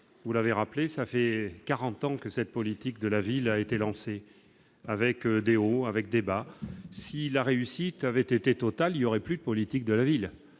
où l'avait rappelé ça fait 40 ans que cette politique de la ville a été lancée avec des roues avec débat si la réussite avait été totale il y aurait plus politique de la ville,